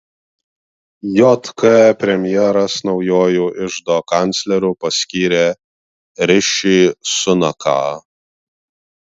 jk premjeras naujuoju iždo kancleriu paskyrė riši sunaką